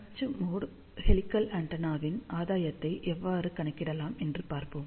அச்சு mode helical ஆண்டெனாவின் ஆதாயத்தை எவ்வாறு கணக்கிடலாம் என்று பார்ப்போம்